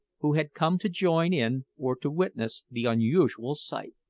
who had come to join in or to witness the unusual sight.